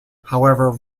however